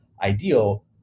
ideal